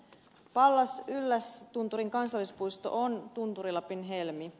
pallas yllästunturin kansallispuisto on tunturi lapin helmi